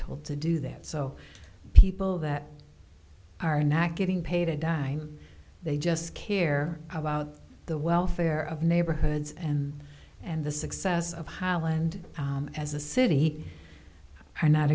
told to do that so people that are not getting paid to die they just care about the welfare of neighborhoods and and the success of highland as a city are not